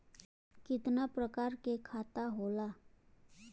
कितना प्रकार के खाता होला?